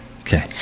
okay